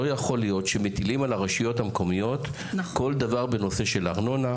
לא יכול להיות שמטילים על הרשויות המקומיות כל דבר בנושא של ארנונה.